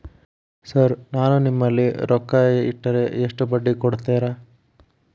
Sir ನಾನು ನಿಮ್ಮಲ್ಲಿ ರೊಕ್ಕ ಇಟ್ಟರ ಎಷ್ಟು ಬಡ್ಡಿ ಕೊಡುತೇರಾ?